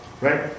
Right